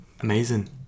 Amazing